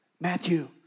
Matthew